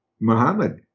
Muhammad